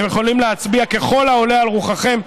אתם יכולים להצביע ככל העולה על רוחכם.